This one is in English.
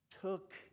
took